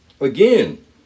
Again